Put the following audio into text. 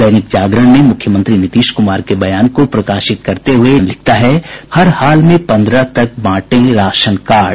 दैनिक जागरण ने मुख्यमंत्री नीतीश कुमार के बयान को प्रकाशित करते हुए लिखा है हर हाल में पन्द्रह तक बांटे राशन कार्ड